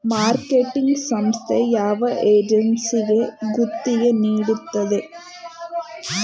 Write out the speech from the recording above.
Marketing ಸಂಸ್ಥೆ ಯಾವ ಏಜೆನ್ಸಿಗೆ ಗುತ್ತಿಗೆ ನೀಡುತ್ತದೆ?